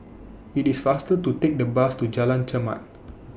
IT IS faster to Take The Bus to Jalan Chermat